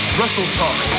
WrestleTalk